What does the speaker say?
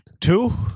Two